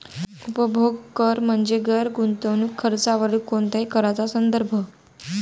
उपभोग कर म्हणजे गैर गुंतवणूक खर्चावरील कोणत्याही कराचा संदर्भ